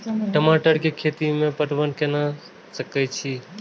टमाटर कै खैती में पटवन कैना क सके छी?